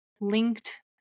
linked